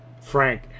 Frank